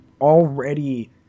already